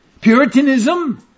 Puritanism